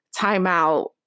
timeout